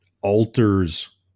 alters